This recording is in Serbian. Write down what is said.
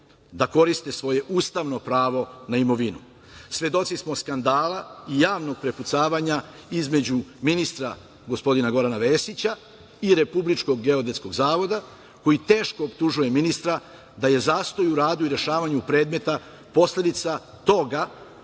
da koriste svoje ustavno pravo na imovinu? Svedoci smo skandala i javnog prepucavanja između ministra gospodina ministra Vesića i Republičko geodetskog zavoda, koji teško optužuje ministra da je zastoj u radu i rešavanju predmeta posledica toga